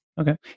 Okay